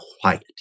quiet